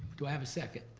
do i have a second?